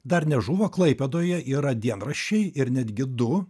dar nežuvo klaipėdoje yra dienraščiai ir netgi du